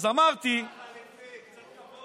אז אמרתי, ראש הממשלה החליפי, קצת כבוד.